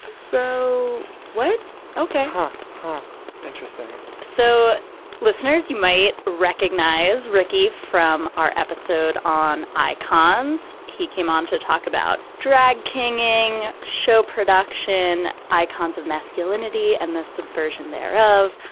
so what. huh interesting. so listeners you might recognize ricky from our episode on icons. he came on to talk about drag king wing show production icons of masculinity and the subversion thereof.